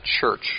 church